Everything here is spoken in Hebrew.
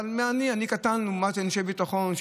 אבל אני קטן לעומת אנשי הביטחון,